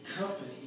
company